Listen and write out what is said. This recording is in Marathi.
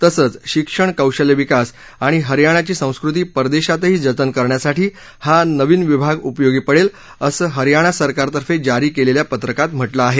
तसंच शिक्षण कौशल्य विकास आणि हरियाणाची संस्कृती परदेशातही जतन करण्यासाठी हा नविन विभाग उपयोगी पडेल असं हरयाणा सरकारतर्फे जारी करण्यात आलेल्या पत्रकात म्हटलं आहे